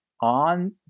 on